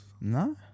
No